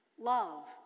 love